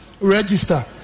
register